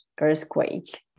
earthquake